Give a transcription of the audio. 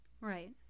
Right